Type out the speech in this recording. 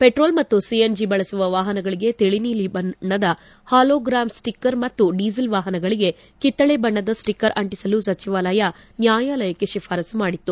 petrol ಮತ್ತು CNG ಬಳಸುವ ವಾಹನಗಳಗೆ ತಿಳಿ ನೀಲಿ ಬಣ್ಣದ ಹಾಲೋಗ್ರಾಮ್ ಸ್ಲಿಕರ್ ಮತ್ತು ಡಿಸೇಲ್ ವಾಹನಗಳಿಗೆ ಕಿತ್ತಳೆ ಬಣ್ಣದ ಸ್ವಿಕರ್ ಅಂಟಿಸಲು ಸಚಿವಾಲಯ ನ್ಯಾಯಾಲಯಕ್ಕೆ ಶಿಫಾರಸ್ಲು ಮಾಡಿತ್ತು